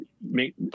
make